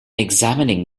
examining